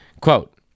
Quote